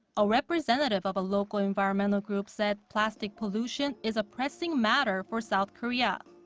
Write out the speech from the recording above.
a representative of a local environmental group said plastic pollution is a pressing matter for south korea.